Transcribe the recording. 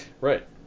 Right